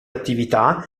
attività